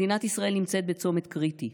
מדינת ישראל נמצאת בצומת קריטי.